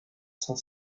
cinq